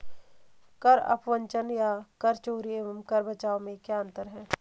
कर अपवंचन या कर चोरी एवं कर बचाव में क्या अंतर है?